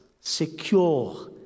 SECURE